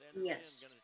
Yes